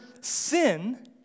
sin